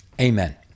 Amen